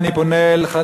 אני פונה אליכם,